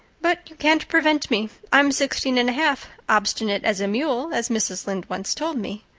but you can't prevent me. i'm sixteen and a half, obstinate as a mule as mrs. lynde once told me,